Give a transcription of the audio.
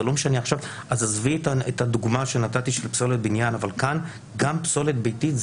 זה קורה גם לגבי פסולת ביתית.